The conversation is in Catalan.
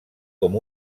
com